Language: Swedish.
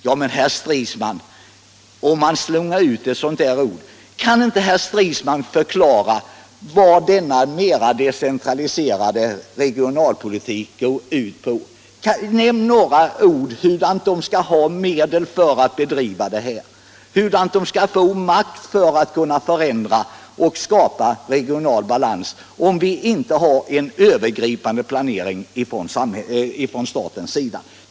Kan inte herr Stridsman, när han slungar ut ett sådant uttryck, förklara vad denna mer decentraliserade regionalpolitik går ut på? Nämn med några ord hur kommunerna skall få medel för att bedriva den politiken! Hur skall de få makt att skapa regional balans, om vi inte har en övergripande planering från statens sida?